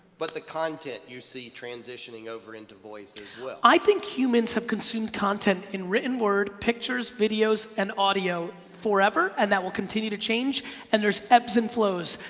but the content you see transitioning over into the voice as well? i think humans have consumed content in written word, pictures, videos and audio forever and that will continue to change and there's ebbs and flows.